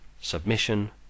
submission